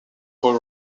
food